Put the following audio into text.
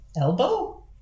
elbow